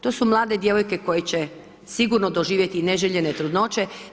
To su mlade djevojke koje će sigurno doživjeti i neželjene trudnoće.